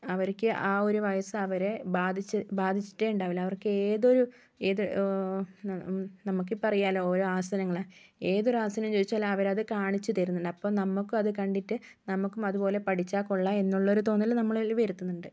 അവർക്ക് ആ ഒരു വയസ്സ് അവരെ ബാധിച്ചി ബാധിച്ചിട്ടേ ഉണ്ടാവില്ല അവർക്കേതൊരു ഏതു നമുക്കിപ്പോൾ അറിയാമല്ലോ ഓരോ ആസനങ്ങള് ഏതൊരു ആസനം ചോദിച്ചാലും അവരത് കാണിച്ചു തരുന്നുണ്ട് അപ്പം നമുക്കും അത് കണ്ടിട്ട് നമുക്കും അതുപോലെ പഠിച്ചാൽ കൊള്ളാം എന്നുള്ളൊരു തോന്നല് നമ്മളില് വരുത്തുന്നുണ്ട്